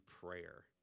prayer